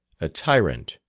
a tyrant,